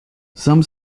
some